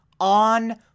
on